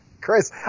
Chris